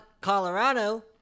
Colorado